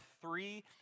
three